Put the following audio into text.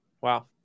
Wow